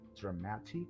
dramatic